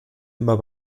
immer